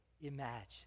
imagine